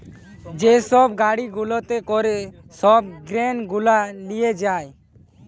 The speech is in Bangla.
যে গাড়ি গুলাতে করে সব গ্রেন গুলা লিয়ে যায়